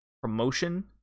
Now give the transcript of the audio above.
promotion